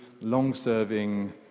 long-serving